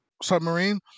Submarine